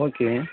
okay